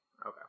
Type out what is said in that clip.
Okay